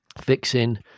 fixing